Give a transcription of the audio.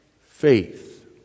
faith